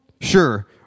sure